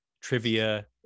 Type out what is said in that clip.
trivia